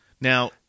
Now